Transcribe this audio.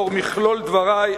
לאור מכלול דברי,